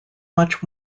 much